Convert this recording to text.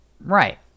Right